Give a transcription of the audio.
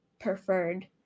preferred